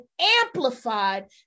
amplified